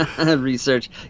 Research